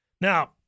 Now